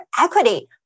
equity